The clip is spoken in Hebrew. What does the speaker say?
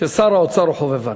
ששר האוצר הוא חובבן?